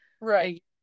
right